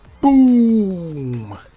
boom